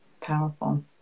Powerful